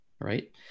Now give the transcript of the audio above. Right